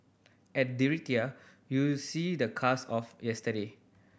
at Detroit you see the cars of yesterday